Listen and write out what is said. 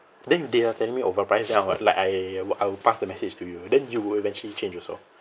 then they are telling me overpriced then I will like I I'll pass the message to you then you will eventually change also